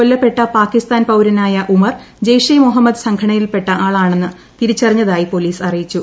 കൊല്ലപ്പെട്ട പാകിസ്ഥാൻ പൌരനായ ഉമർ ജയ്ഷെ മുഹമ്മദ് സംഘടനയിൽപ്പെട്ട ആളാണെന്നു തിരിച്ചറിഞ്ഞതായി പൊലീസ് അറിയിച്ചു